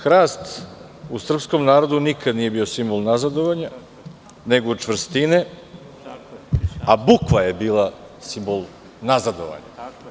Hrast u srpskom narodu nikada nije bio simbol nazadovanja nego čvrstine, a bukva je bila simbol nazadovanja.